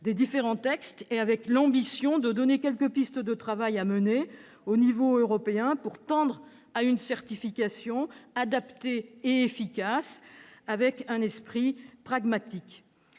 des différents textes et pour ambition de proposer quelques pistes de travail à l'échelle européenne pour tendre vers une certification adaptée et efficace, dans un esprit pragmatique.